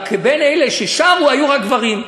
רק שבין אלה ששרו היו רק גברים.